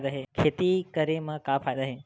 खेती करे म का फ़ायदा हे?